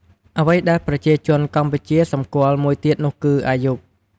អ្វីដែលប្រជាជនកម្ពុជាសម្គាល់មួយទៀតនោះគឺ អាយុ។